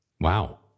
Wow